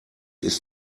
ist